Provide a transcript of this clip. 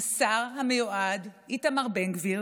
השר המיועד איתמר בן גביר